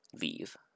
Leave